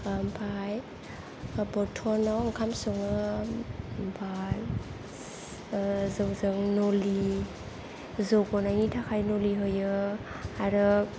ओमफ्राय बरटनाव ओंखाम सङो ओमफ्राय जौजों न'लि जौ गनायनि थाखाय न'लि होयो आरो